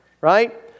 Right